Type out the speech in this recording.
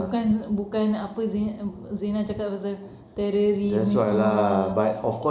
bukan bukan apa zin~ zina cakap pasal terrorists ini semua